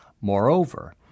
Moreover